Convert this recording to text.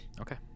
Okay